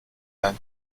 dein